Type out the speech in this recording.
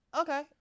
okay